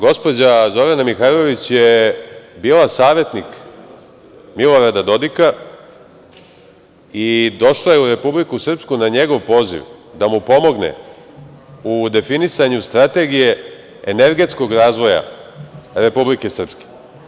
Gospođa Zorana Mihajlović je bila savetnik Milorada Dodika i došla je u Republiku Srpsku na njegov poziv, da mu pomogne u definisanju strategije energetskog razvoja Republike Srpske.